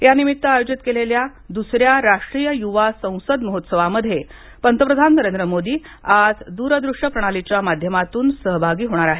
यानिमित आयोजित केलेल्या द्रसऱ्या राष्ट्रीय युवा संसद महोत्सवामध्ये पंतप्रधान नरेंद्र मोदी आज द्रदूश्य प्रणालीच्या माध्यमातून सहभागी होणार आहेत